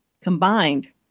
combined